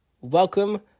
Welcome